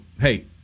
hey